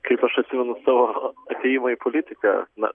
kaip aš atsimenu savo atėjimą į politiką na